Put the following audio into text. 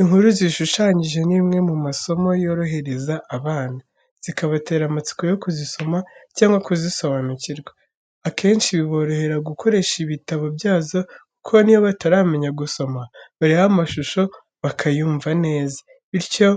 Inkuru zishushanyije, ni bimwe mu masomo yorohereza abana, zikabatera amatsiko yo kuzisoma cyangwa kuzisobanukirwa. Akenshi biborohera gukoresha ibitabo byazo kuko n’iyo bataramenya gusoma, bareba amashusho bakayumva neza, bityo